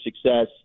success